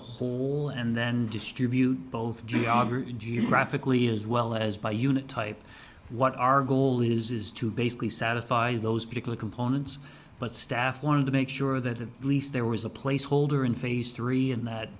a whole and then distribute both geography geographically as well as by unit type what our goal is is to basically satisfy those particular components but staff wanted to make sure that at least there was a placeholder in phase three in that